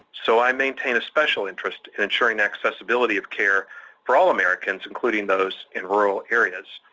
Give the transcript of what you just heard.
so i maintain a special interest in ensuring accessibility of care for all americans, including those in rural areas.